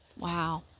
wow